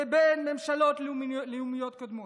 לבין ממשלות לאומיות קודמות.